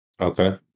Okay